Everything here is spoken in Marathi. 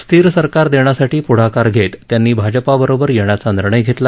स्थिर सरकार देण्यासाठी पुढाकार घेत त्यांनी भाजपाबरोबर येण्याचा निर्णय घेतला